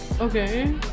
okay